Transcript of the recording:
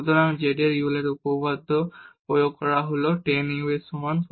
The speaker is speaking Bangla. সুতরাং z এ ইউলারের উপপাদ্য প্রয়োগ করা হল tan u এর সমান